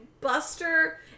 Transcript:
Buster